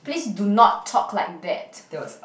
please do not talk like that